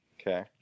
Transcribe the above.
Okay